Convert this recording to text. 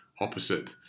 opposite